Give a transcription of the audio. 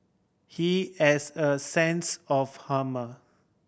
he has a sense of